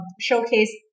showcase